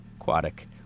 aquatic